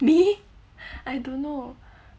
me I don't know